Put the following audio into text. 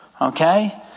Okay